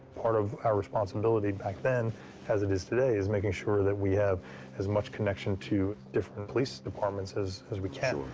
part of our responsibility back then as it is today is making sure that we have as much connection to different police departments as as we can.